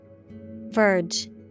verge